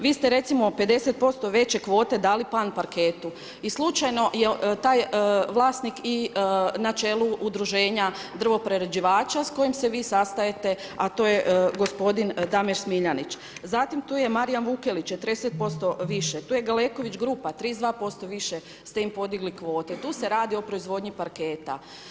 Vi ste recimo 50% veće kvote dali Pan parketu i slučajno je taj vlasnik i na čelu udruženja drvoprerađivača s kojim se vi sastajete a to je gospodin Damir Smiljanić, zatim tu je Marijan Vukelić 40% više, tu je Galeković grupa 32% više ste im podigli kvote, tu se radi o proizvodnji parketa.